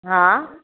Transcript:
हा